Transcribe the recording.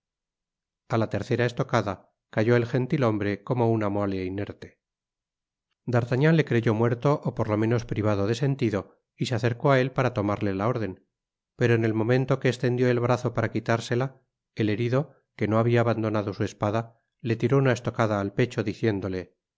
a la tercera estocada cayó el gentithombre como una mola inerte d'artagnan le creyó muerto ó por lo menos privado de sentido y se acercó á él para tomarle la orden pero en el momento que estendió el brazo para quitársela el herido que no habia abandonado su espada le tiró una estocada al pecho diciéndole